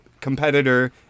competitor